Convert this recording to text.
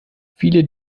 viele